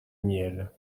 miel